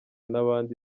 n’abandi